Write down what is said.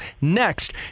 next